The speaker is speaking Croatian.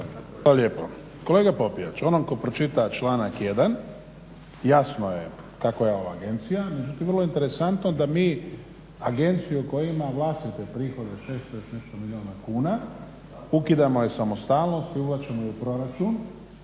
Hvala lijepo. Kolega Popijač, onom tko pročita članak 1. jasno je kako je ovo agencija, međutim vrlo interesantno da mi agenciju koja ima vlastite prihode 600 i još nešto milijuna kuna ukidamo joj samostalnost i uvlačimo je u proračun